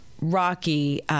Rocky